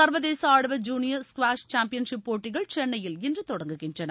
சர்வதேச ஆடவர் junior squash championship போட்டிகள் சென்னையில் இன்று தொடங்குகின்றன